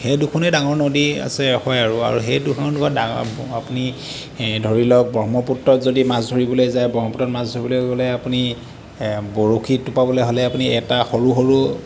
সেই দুখনেই ডাঙৰ নদী আছে হয় আৰু আৰু সেই দুখন ডা আপুনি ধৰি লওক ব্ৰহ্মপুত্ৰত যদি মাছ ধৰিবলৈ যায় ব্ৰহ্মপুত্ৰত মাছ ধৰিবলৈ গ'লে আপুনি বৰশী টোপাবলৈ হ'লে আপুনি এটা সৰু সৰু